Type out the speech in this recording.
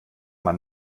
man